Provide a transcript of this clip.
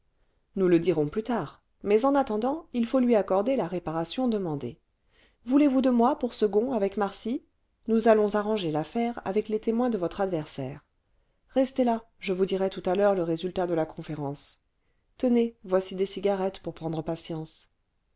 nous le dirons plus tard mais en attendant il vous faut lui accorder la réparation demandée voulez-vous de moi pour second avec marsy nous allons arranger l'affaire avec les témoins de votre adversaire restez là je vous dirai tout à l'heure le résultat de la conférence tenez voici des cigarettes pour prendre patience